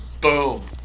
Boom